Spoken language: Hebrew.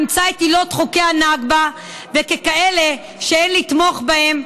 אימצה את עילות חוקי הנכבה ככאלה שאין לתמוך בהם,